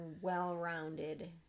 well-rounded